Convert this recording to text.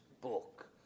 book